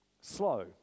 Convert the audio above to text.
slow